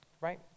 Right